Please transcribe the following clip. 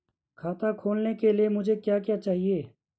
खाता खोलने के लिए मुझे क्या क्या चाहिए?